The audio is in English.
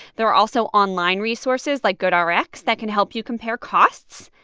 there are also online resources like goodrx that can help you compare costs.